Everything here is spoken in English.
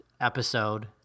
episode